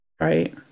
Right